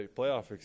playoff